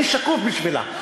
אני שקוף בשבילה.